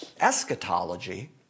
eschatology